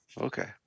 okay